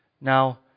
Now